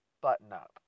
Button-up